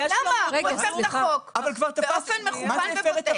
הוא הפר את החוק באופן מכוון ובוטה.